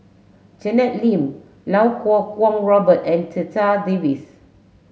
Janet Lim Lau Kuo Kwong Robert and Checha Davies